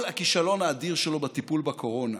כל הכישלון האדיר שלו בטיפול בקורונה